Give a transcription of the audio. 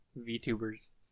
VTubers